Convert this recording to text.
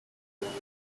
was